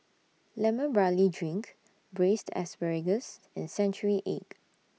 Lemon Barley Drink Braised Asparagus and Century Egg